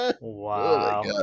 Wow